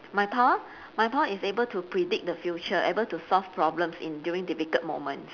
my power my power is able to predict the future able to solve problems in during difficult moment